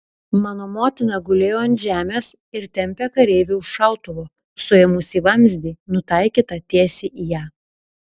mano motina gulėjo ant žemės ir tempė kareivį už šautuvo suėmusį vamzdį nutaikytą tiesiai į ją